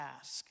ask